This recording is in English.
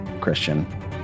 Christian